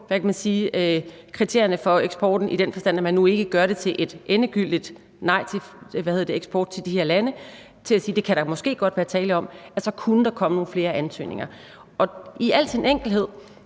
kriterierne for eksporten i den forstand, at man nu ikke længere endegyldigt siger nej til eksport til de her lande og i stedet siger, at det kan der måske godt være tale om, vil medføre, at der kunne komme nogle flere ansøgninger. I al sin enkelhed: